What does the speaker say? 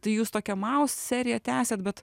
tai jūs tokią maus seriją tęsiat bet